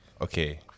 okay